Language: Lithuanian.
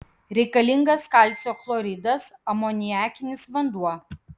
reikalingas kalcio chloridas amoniakinis vanduo